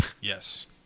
Yes